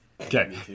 Okay